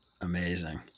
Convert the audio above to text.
Amazing